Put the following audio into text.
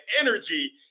energy